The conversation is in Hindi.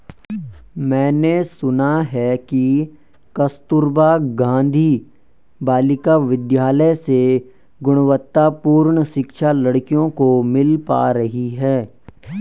मैंने सुना है कि कस्तूरबा गांधी बालिका विद्यालय से गुणवत्तापूर्ण शिक्षा लड़कियों को मिल पा रही है